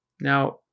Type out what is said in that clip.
Now